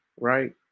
right